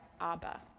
Abba